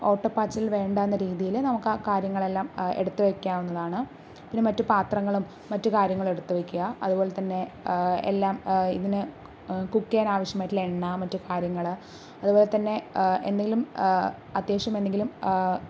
ഓട്ടപാച്ചിൽ വേണ്ടയെന്ന രീതിയിൽ നമുക്ക് ആ കാര്യങ്ങളെല്ലാം എടുത്തു വയ്ക്കാവുന്നതാണ് പിന്നെ മറ്റു പാത്രങ്ങളും മറ്റുകാര്യങ്ങളും എടുത്ത് വയ്ക്കുക അതുപോലെത്തന്നെ എല്ലാം ഇതിന് കുക്ക് ചെയ്യാൻ ആവശ്യമായിട്ടുള്ള എണ്ണ മറ്റു കാര്യങ്ങൾ അതുപോലെത്തന്നെ എന്തെങ്കിലും അത്യാവശ്യം എന്തെങ്കിലും